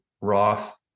Roth